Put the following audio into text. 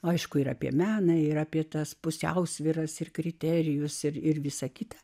aišku ir apie meną ir apie tas pusiausvyras ir kriterijus ir ir visa kita